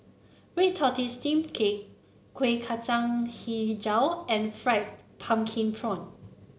Red Tortoise Steamed Cake Kueh Kacang hijau and fried pumpkin prawn